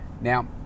Now